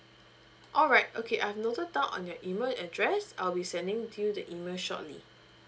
alright okay I've noted down on your email address I'll be sending to you the email shortly